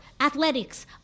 athletics